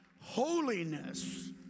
Holiness